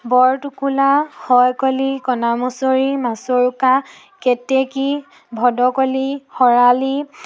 বৰটোকোলা সয়কলি কনামুচৰি মাছুৰোকা কেতেকী ভদকলি শৰালি